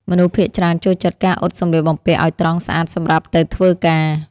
មនុស្សភាគច្រើនចូលចិត្តការអ៊ុតសម្លៀកបំពាក់ឱ្យត្រង់ស្អាតសម្រាប់ទៅធ្វើការ។